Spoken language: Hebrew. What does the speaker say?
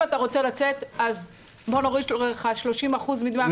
אתה רוצה לצאת אז בוא נוריד לך 30% מדמי האבטלה?